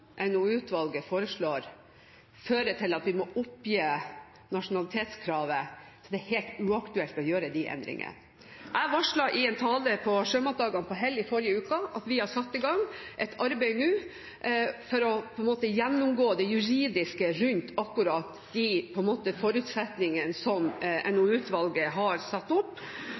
NOU-utvalget foreslår, fører til at vi må oppgi nasjonalitetskravet, er det helt uaktuelt å gjøre de endringene. Jeg varslet i en tale på Sjømatdagene på Hell i forrige uke at vi nå har satt i gang et arbeid for å gjennomgå det juridiske rundt akkurat de forutsetningene som NOU-utvalget har satt opp,